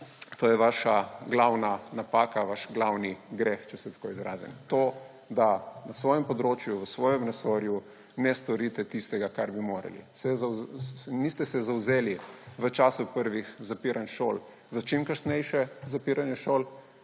To je vaša glavna napaka, vaš glavni greh, če se tako izrazim. To, da na svojem področju, v svojem resorju ne storite tistega, kar bi morali. Niste se zavzeli v času prvih zapiranj šol za čimkasnejše zapiranje šol,